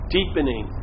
Deepening